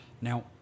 Now